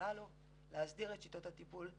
הן להסדיר את שיטות הטיפול,